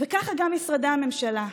וככה גם משרדי הממשלה,